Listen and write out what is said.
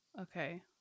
Okay